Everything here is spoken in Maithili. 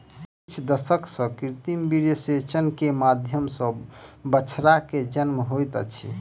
किछ दशक सॅ कृत्रिम वीर्यसेचन के माध्यम सॅ बछड़ा के जन्म होइत अछि